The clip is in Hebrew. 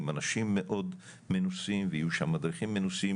עם אנשים מאוד מנוסים ויהיו שם מדריכים מנוסים,